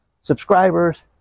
subscribers